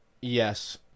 Yes